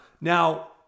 Now